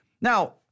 Now